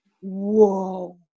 whoa